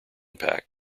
pack